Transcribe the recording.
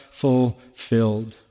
fulfilled